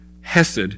hesed